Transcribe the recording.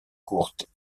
courte